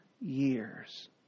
years